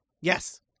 Yes